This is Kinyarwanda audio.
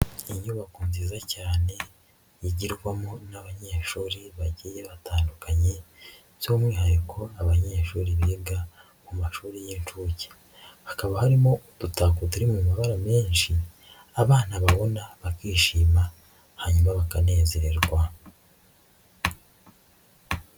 Inyubako nziza cyane yigirwamo n'abanyeshuri bagiye batandukanye by'umwihariko abanyeshuri biga mu mashuri y'inshuke, hakaba harimo udutako turi mu mabara menshi abana babona bakishima hanyuma bakanezerwa.